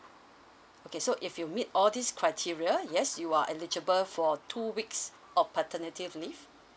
okay so if you meet all these criteria yes you are eligible for two weeks of paternity leave